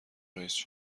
رئیس